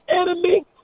enemy